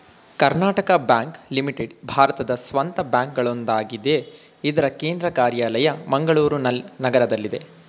Karnataka bank limited ಭಾರತದ ಸ್ವಂತ ಬ್ಯಾಂಕ್ಗಳಲ್ಲೊಂದಾಗಿದೆ ಇದ್ರ ಕೇಂದ್ರ ಕಾರ್ಯಾಲಯ ಮಂಗಳೂರು ನಗರದಲ್ಲಿದೆ